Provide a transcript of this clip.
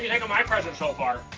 think of my present so far?